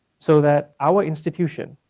so that our institution,